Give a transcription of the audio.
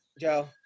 Joe